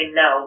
no